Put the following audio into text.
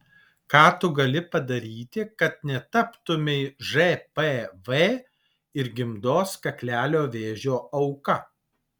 ką tu gali padaryti kad netaptumei žpv ir gimdos kaklelio vėžio auka